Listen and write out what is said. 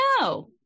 No